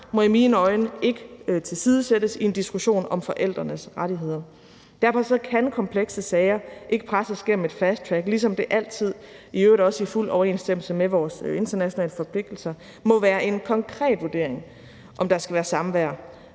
må i mine øjne ikke tilsidesættes i en diskussion om forældrenes rettigheder. Derfor kan komplekse sager ikke presses gennem et fasttrack, ligesom det altid, i øvrigt også i fuld overensstemmelse med vores internationale forpligtigelser, må være en konkret vurdering, om der skal være samvær